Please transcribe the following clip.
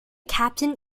captain